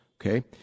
Okay